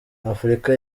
afurika